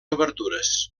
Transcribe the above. obertures